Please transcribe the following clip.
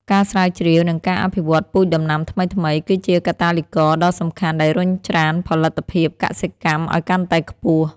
ការស្រាវជ្រាវ និងការអភិវឌ្ឍពូជដំណាំថ្មីៗ គឺជាកាតាលីករដ៏សំខាន់ដែលរុញច្រានផលិតភាពកសិកម្មឱ្យកាន់តែខ្ពស់។